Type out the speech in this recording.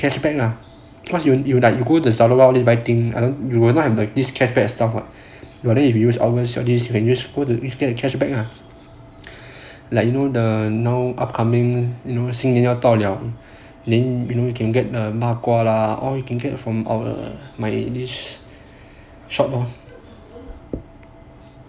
cashback ah cause you won't you like you go the zalora go buy thing I don't think you will not have like this cash back stuff [what] ya then if you use our website this venue then you get cashback lah like you know the now upcoming you know 新年要到了 then you can get like bak kwa lah or you can get from zalora like for each shop